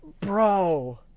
Bro